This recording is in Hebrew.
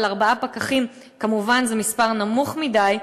אבל ארבעה פקחים כמובן זה מספר נמוך מדי.